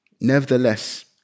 nevertheless